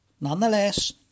nonetheless